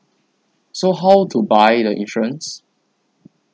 so how to buy the insurance